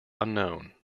unknown